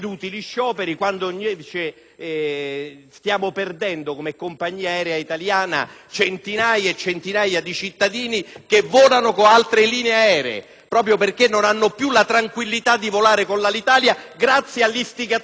centinaia e centinaia di utenti che volano con altre linee aeree, proprio perché non hanno più la tranquillità di volare con Alitalia, grazie all'istigazione di Pedica, dei suoi amici, fatta l'altro giorno nell'aeroporto di